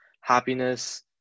happiness